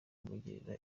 kumugirira